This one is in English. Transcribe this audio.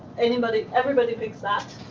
anybody everybody picks that.